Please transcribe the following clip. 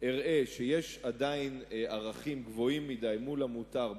אראה שיש עדיין ערכים גבוהים מדי לעומת המותר,